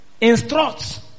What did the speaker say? Instruct